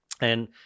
And-